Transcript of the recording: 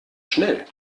schnell